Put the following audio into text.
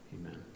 Amen